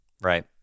Right